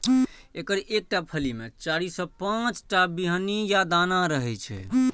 एकर एकटा फली मे चारि सं पांच टा बीहनि या दाना रहै छै